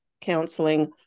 counseling